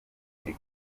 iri